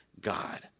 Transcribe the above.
God